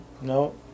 no